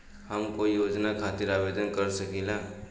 हम कोई योजना खातिर आवेदन कर सकीला?